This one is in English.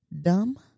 dumb